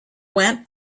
went